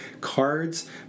cards